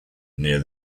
near